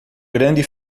grande